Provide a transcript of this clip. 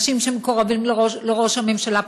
אנשים שמקורבים לראש הממשלה,